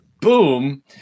Boom